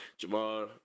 Jamal